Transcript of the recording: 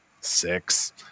six